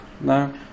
no